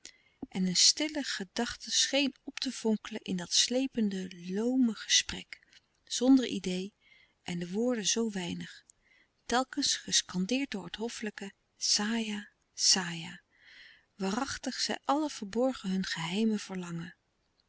en een stille gedachte scheen op te vonkelen in dat slepende loome gesprek zonder idee en de woorden zoo weinig telkens gescandeerd door het hoffelijke saja saja waarachtig zij louis couperus de stille kracht allen verborgen hun geheime verlangen